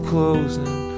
Closing